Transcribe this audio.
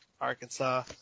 Arkansas